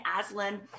Aslan